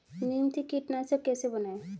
नीम से कीटनाशक कैसे बनाएं?